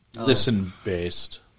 listen-based